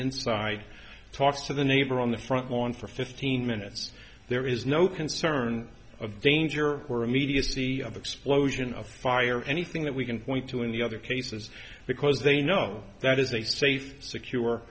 inside talks to the neighbor on the front lawn for fifteen minutes there is no concern of danger or immediacy of explosion of fire or anything that we can point to in the other cases because they know that is a safe secure